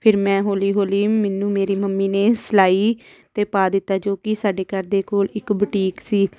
ਫਿਰ ਮੈਂ ਹੌਲੀ ਹੌਲੀ ਮੈਨੂੰ ਮੇਰੀ ਮੰਮੀ ਨੇ ਸਿਲਾਈ 'ਤੇ ਪਾ ਦਿੱਤਾ ਜੋ ਕਿ ਸਾਡੇ ਘਰ ਦੇ ਕੋਲ ਇੱਕ ਬੁਟੀਕ ਸੀ